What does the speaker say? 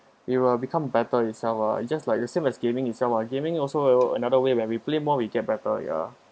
we will become better itself ah it just like it same as gaming itself ah gaming also another way when we play more we get better ya